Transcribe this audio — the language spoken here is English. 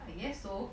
I guess so